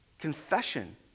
Confession